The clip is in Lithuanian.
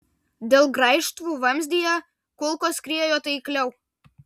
dėl graižtvų vamzdyje kulkos skriejo taikliau